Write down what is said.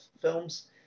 films